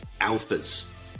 Alphas